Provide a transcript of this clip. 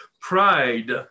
Pride